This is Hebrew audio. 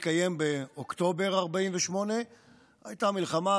הבחירות היו אמורות להתקיים באוקטובר 48'; הייתה מלחמה,